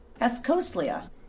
Ascoslia